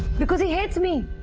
because he hates me.